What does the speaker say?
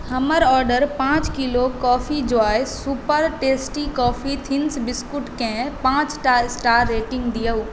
हमर ऑडर पाँच kilo coffee Joy super tasty coffee thins बिस्कुटकेँ पाँचटा स्टार रेटिङ्ग दिऔ